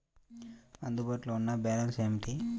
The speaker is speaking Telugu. అందుబాటులో ఉన్న బ్యాలన్స్ ఏమిటీ?